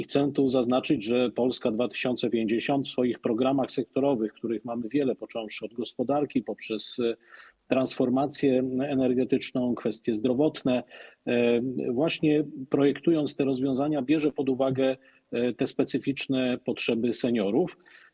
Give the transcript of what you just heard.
Chcę tu znaczyć, że Polska 2050 w swoich programach sektorowych, których mamy wiele, począwszy od gospodarki poprzez transformację energetyczną i kwestie zdrowotne, projektując te rozwiązania, bierze pod uwagę specyficzne potrzeby seniorów.